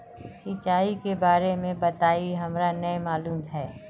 सिंचाई के बारे में बताई हमरा नय मालूम है?